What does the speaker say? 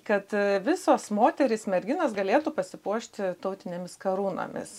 kad visos moterys merginos galėtų pasipuošti tautinėmis karūnomis